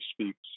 speaks